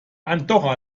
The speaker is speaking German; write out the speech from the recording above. andorra